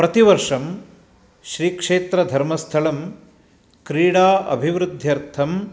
प्रतिवर्षं श्रीक्षेत्रधर्मस्थलं क्रीडा अभिवृद्ध्यर्थं